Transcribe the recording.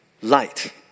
Light